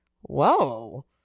Whoa